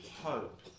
hope